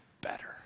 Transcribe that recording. better